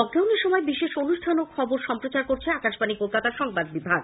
লকডাউনের সময় বিশেষ অনুষ্ঠান ও খবর সম্প্রচার করছে আকাশবাণী কলকাতার সংবাদ বিভাগ